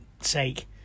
sake